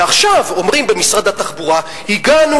ועכשיו אומרים במשרד התחבורה: הגענו